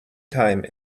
time